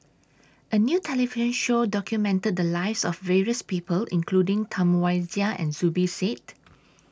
A New television Show documented The Lives of various People including Tam Wai Jia and Zubir Said